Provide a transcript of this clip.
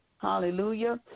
hallelujah